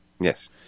Yes